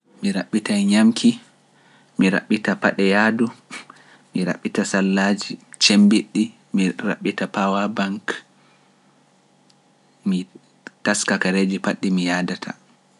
Mi raɓɓita ñamki, mi raɓɓita paɗe yahdu, mi raɓɓita sallaaji cembiɗɗi, mi raɓɓita pawa bank, mi taska kareeji paɗe ɗi mi yahdata.